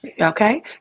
Okay